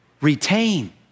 retain